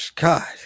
God